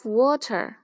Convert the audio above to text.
water